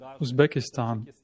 Uzbekistan